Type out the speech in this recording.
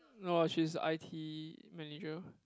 no she's a I_T manager